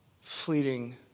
Fleeting